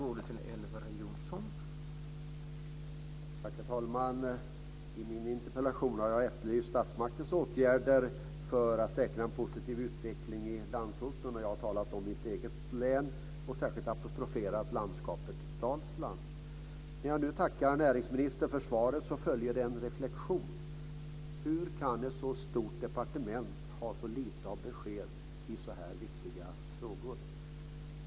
Herr talman! I min interpellation har jag efterlyst statsmaktens åtgärder för att säkra en positiv utveckling i landsorten, och jag har talat om mitt eget län och särskilt apostroferat landskapet Dalsland. När jag nu tackar näringsministern för svaret så följer det med en reflexion. Hur kan ett så stort departement ha så lite av besked i så här viktiga frågor?